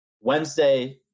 Wednesday